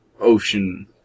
ocean